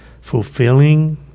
Fulfilling